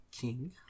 king